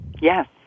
Yes